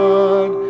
God